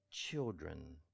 Children